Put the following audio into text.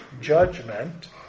judgment